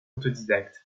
autodidacte